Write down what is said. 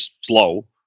slow